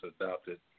adopted